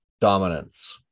dominance